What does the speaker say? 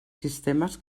sistemes